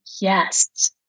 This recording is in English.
Yes